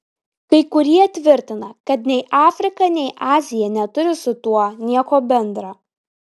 kai kurie tvirtina kad nei afrika nei azija neturi su tuo nieko bendra